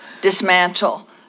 dismantle